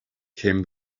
came